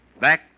back